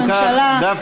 אנחנו עוקבים בדריכות,